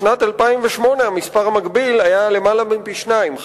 בשנת 2008 המספר המקביל היה למעלה מפי שניים: